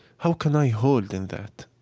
how can i hold in that?